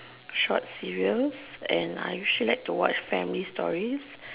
short cereals and I like to watch family stories